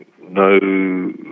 No